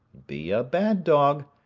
be a bad dog,